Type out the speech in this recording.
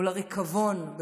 הריקבון.